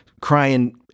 crying